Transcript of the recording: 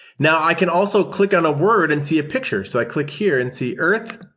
now i can also click on a word and see a picture. so i click here and see earth.